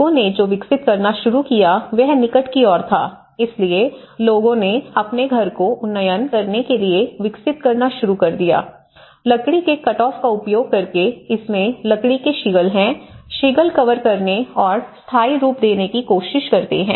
लोगों ने जो विकसित करना शुरू किया वह निकट की ओर था इसलिए लोगों ने अपने घर को उन्नयन करने के लिए विकसित करना शुरू कर दिया लकड़ी के कट ऑफ का उपयोग करके इसमें लकड़ी के शिगल हैं शिगल कवर करने और स्थायी रूप देने की कोशिश करते हैं